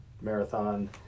marathon